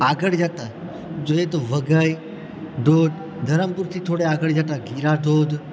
આગળ જતાં જોઈએ તો વઘઈ ધોધ ધરમપુરથી થોડી આગળ જતા ગિરા ધોધ